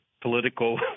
political